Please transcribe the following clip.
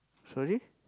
sorry